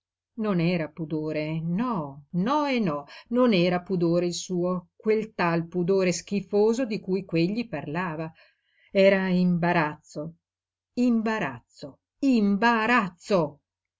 non era pudore no no e no non era pudore il suo quel tal pudore schifoso di cui quegli parlava era imbarazzo imbarazzo imbarazzo